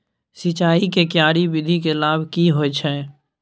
सिंचाई के क्यारी विधी के लाभ की होय छै?